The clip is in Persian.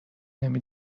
نمی